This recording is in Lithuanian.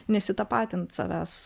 nesitapatint savęs